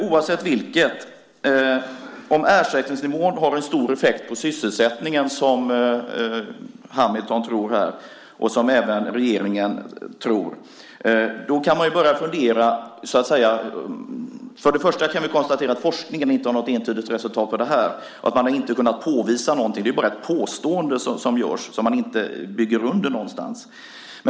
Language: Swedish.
Oavsett om ersättningsnivån har stor effekt på sysselsättningen, som Hamilton och även regeringen tror, eller inte, kan vi för det första konstatera att forskningen inte har något entydigt svar på detta. Man har inte kunnat påvisa någonting. Det är bara fråga om ett påstående som inte byggs under någonstans.